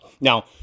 Now